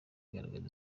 igaragaza